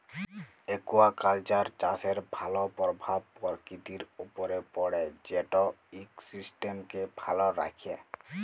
aquaculture চাষের ভালো পরভাব পরকিতির উপরে পড়ে যেট ইকসিস্টেমকে ভালো রাখ্যে